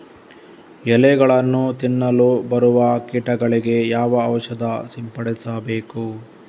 ಎಲೆಗಳನ್ನು ತಿನ್ನಲು ಬರುವ ಕೀಟಗಳಿಗೆ ಯಾವ ಔಷಧ ಸಿಂಪಡಿಸಬೇಕು?